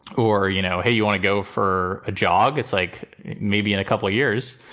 or, you know, hey, you want to go for a jog? it's like maybe in a couple of years.